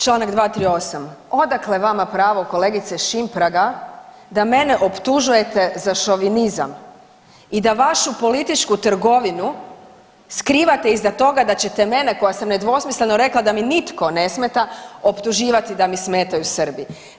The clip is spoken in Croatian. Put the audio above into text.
Č. 238., odakle vama pravo kolegice Šimpraga da mene optužujete za šovinizam i da vašu političku trgovinu skrivate iza toga da ćete mene koja sam nedvosmisleno rekla da mi nitko ne smeta optuživati da mi smetaju Srbi?